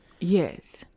Yes